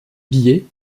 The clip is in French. biais